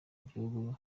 gihugu